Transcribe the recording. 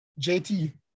JT